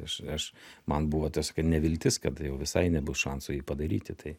aš aš man buvo tiesiog neviltis kad jau visai nebus šansų jį padaryti tai